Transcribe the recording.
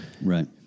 right